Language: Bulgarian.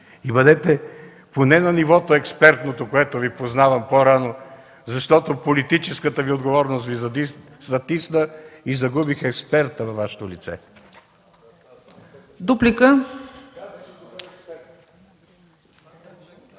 Бъдете поне на експертното ниво, в което Ви познавам по-рано, защото политическата отговорност Ви затисна и загубих експерта във Ваше лице.